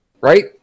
right